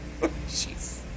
Jeez